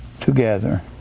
together